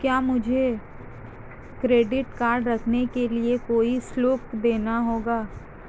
क्या मुझे credit card रखने के लिए कोई शुल्क देना होगा?